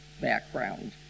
background